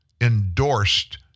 endorsed